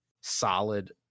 solid